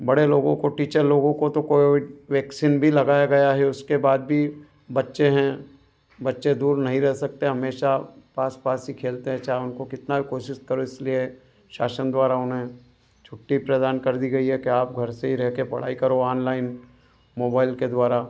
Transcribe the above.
बड़े लोगों को टीचर लोगों को तो कोविड वैक्सीन भी लगाया गया है उसके बाद भी बच्चे हैं बच्चे दूर नहीं रहे सकते हमेशा पास पास ही खेलते हैं चाहे उनको कितना भी कोशिश करो इसलिए शासन द्वारा उन्हें छुट्टी प्रदान कर दी गई है कि आप घर से ही रहे के पढ़ाई करो आनलाइन मोबाइल के द्वारा